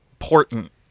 important